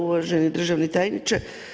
Uvaženi državni tajniče.